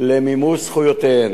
למימוש זכויותיהן,